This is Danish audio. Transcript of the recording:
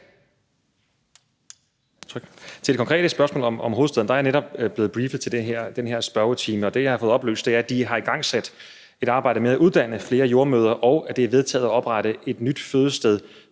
til det konkrete spørgsmål om hovedstaden er jeg netop blevet briefet til den her spørgetid, og det, jeg har fået oplyst, er, at de har igangsat et arbejde med at uddanne flere jordemødre, og at det er vedtaget at oprette et nyt fødested